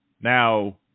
Now